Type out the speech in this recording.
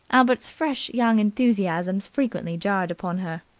albert's fresh young enthusiasms frequently jarred upon her.